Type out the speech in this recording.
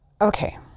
Okay